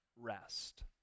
rest